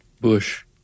Bush